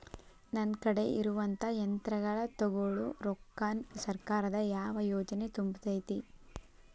ನನ್ ಕಡೆ ಇರುವಂಥಾ ಯಂತ್ರಗಳ ತೊಗೊಳು ರೊಕ್ಕಾನ್ ಸರ್ಕಾರದ ಯಾವ ಯೋಜನೆ ತುಂಬತೈತಿ?